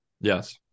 Yes